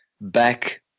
back